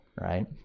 Right